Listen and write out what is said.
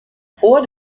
vor